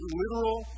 literal